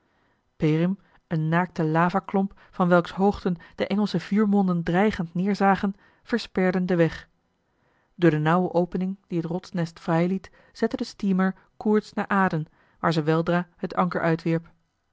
een naakte lavaklomp van welks hoogten de engelsche vuurmonden dreigend neerzagen versperde den weg door de nauwe opening die het rotsnest vrijliet zette de steamer koers naar aden waar ze weldra het anker uitwierp